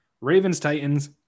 Ravens-Titans